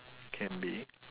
can be